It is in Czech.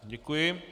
Děkuji.